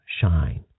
shine